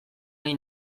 gai